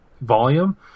volume